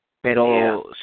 Pero